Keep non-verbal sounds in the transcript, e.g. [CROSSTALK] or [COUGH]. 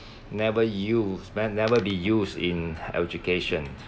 never use never be used in [BREATH] education